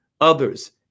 Others